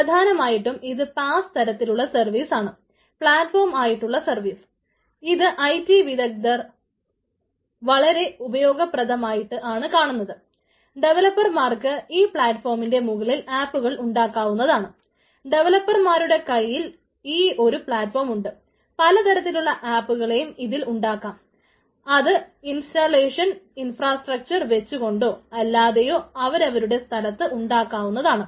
പ്രധാനമായിട്ടും ഇത് പാസ് വെച്ചു കൊണ്ടോ അല്ലാതെയോ അവരവരുടെ സ്ഥലത്ത് ഉണ്ടാക്കാവുന്നതാണ്